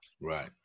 Right